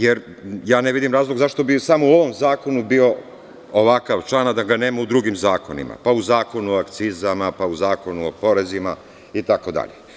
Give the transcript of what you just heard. Jer, ja ne vidim razlog zašto bi samo u ovom zakonu bio ovakav član, a da ga nema u drugim zakonima, pa u Zakonu o akcizama, pa u Zakonu o porezima itd.